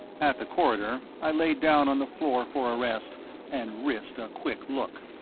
at the corridor, i lay down on the floor for a rest and risked a quick look.